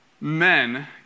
men